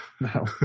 No